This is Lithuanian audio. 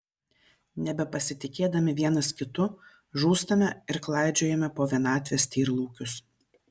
nebepasitikėdami vienas kitu žūstame ir klaidžiojame po vienatvės tyrlaukius